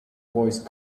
voice